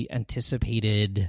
anticipated